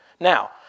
Now